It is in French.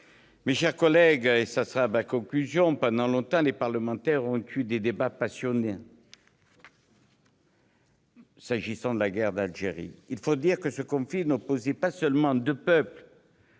Mes chers collègues, pendant longtemps, les parlementaires ont connu des débats passionnés, s'agissant de la guerre d'Algérie. Il faut dire que ce conflit n'opposait pas seulement deux peuples-